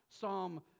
psalm